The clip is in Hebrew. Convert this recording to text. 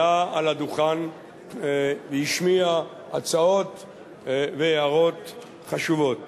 עלה על הדוכן והשמיע הצעות והערות חשובות.